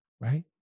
right